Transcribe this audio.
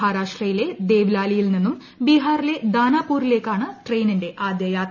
മഹാരാഷ്ട്രയിലെ ദേവ്വ്ലാലിയിൽ നിന്നും ബിഹാറിലെ ദാനാപൂരിലേക്കാണ് ട്രെയിനിന്റെ ആദ്യ യാത്ര